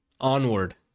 Onward